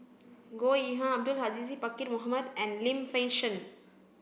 Goh Yihan Abdul Aziz Pakkeer Mohamed and Lim Fei Shen